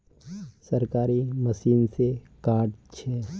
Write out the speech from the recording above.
सरकारी मशीन से कार्ड छै?